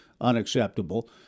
unacceptable